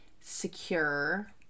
secure